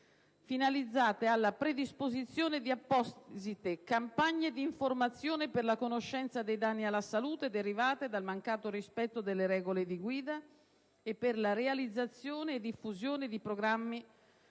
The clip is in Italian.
finalizzate alla predisposizione di apposite campagne di informazione per la conoscenza dei danni alla salute derivanti dal mancato rispetto delle regole di guida e per la realizzazione e diffusione di programmi